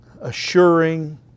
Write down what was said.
assuring